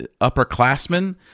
upperclassmen